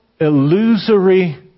illusory